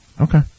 Okay